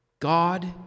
God